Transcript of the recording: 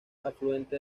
afluente